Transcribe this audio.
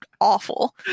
awful